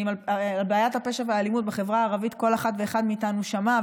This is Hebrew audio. אם על בעיית הפשע והאלימות בחברה הערבית כל אחד מאיתנו שמע,